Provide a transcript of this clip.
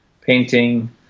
painting